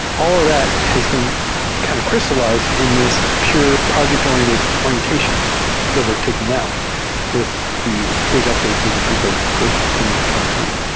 all that has been kind of crystallized in this pure project or iented or ientation the we're taking now with the big update to the freecodecamp curr iculum coming in twenty.